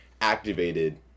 activated